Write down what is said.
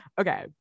Okay